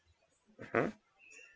hmm